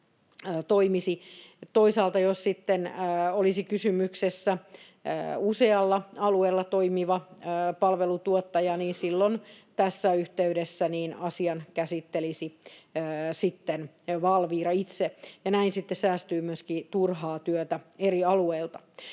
Toisaalta jos sitten olisi kysymyksessä usealla alueella toimiva palveluntuottaja, silloin tässä yhteydessä asian käsittelisi Valvira itse, ja näin sitten säästyy myöskin turhaa työtä eri alueilta.